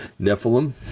Nephilim